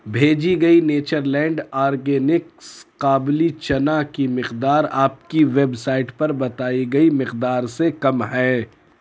بھیجی گئی Nature Land Organics کابلی چنا کی مقدار آپ کی ویبسائٹ پر بتائی گئی مقدار سے کم ہے